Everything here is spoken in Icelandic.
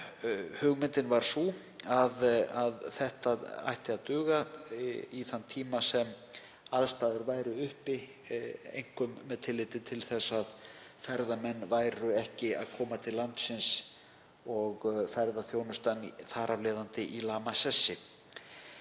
Hugmyndin var sú að það ætti að duga í þann tíma sem aðstæður væru uppi, einkum með tilliti til þess að ferðamenn væru ekki að koma til landsins og ferðaþjónustan þar af leiðandi í lamasessi.